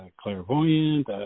clairvoyant